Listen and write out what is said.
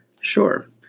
sure